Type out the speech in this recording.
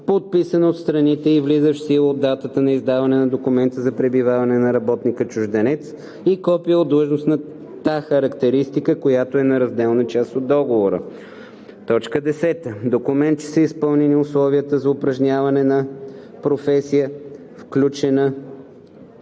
подписан от страните и влизащ в сила от датата на издаване на документа за пребиваване на работника – чужденец, и копие от длъжностната характеристика, когато е неразделна част от договора; 10. документ, че са изпълнени условията за упражняване на професия, включена